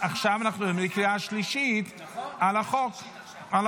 עכשיו אנחנו בקריאה שלישית על החוק.